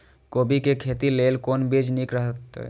कोबी के खेती लेल कोन बीज निक रहैत?